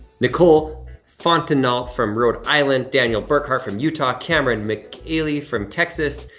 nicole fontenot from rhode island, daniel burkhart from utah, cameron mchaley from texas.